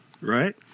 right